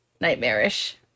nightmarish